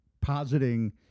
positing